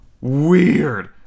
weird